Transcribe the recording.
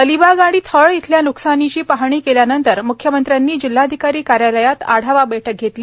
अलिबाग आणि थळ येथील न्कसानीची पाहणी केल्यानंतर मुख्यमंत्र्यांनी जिल्हाधिकारी कार्यालयात आढावा बैठक घेतली